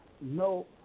no